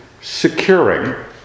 Securing